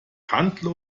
handle